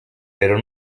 però